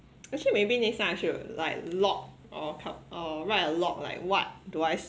actually maybe next time I should like log or or write a log like what do I